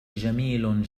جميل